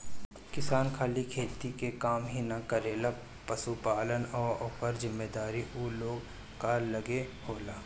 किसान खाली खेती के काम ही ना करेलें, पशुपालन आ अउरो जिम्मेदारी ऊ लोग कअ लगे होला